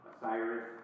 Osiris